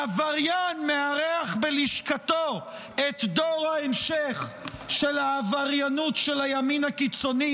העבריין מארח בלשכתו את דור ההמשך של העבריינות של הימין הקיצוני.